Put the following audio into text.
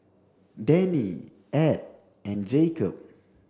Dannie Edd and Jacob